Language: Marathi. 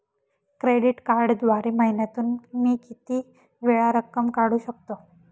क्रेडिट कार्डद्वारे महिन्यातून मी किती वेळा रक्कम काढू शकतो?